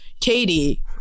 Katie